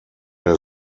der